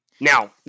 Now